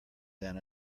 than